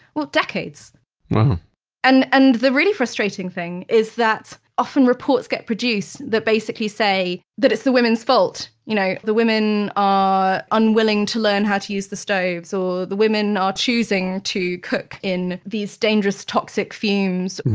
decades wow and and the really frustrating thing is that often reports get produced that basically say that it's the woman's fault. you know the women are unwilling to learn how to use the stoves, or the women are choosing to cook in these dangerous toxic fumes.